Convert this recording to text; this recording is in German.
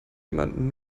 jemand